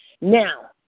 Now